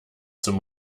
zum